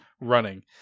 running